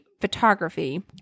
photography